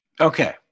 Okay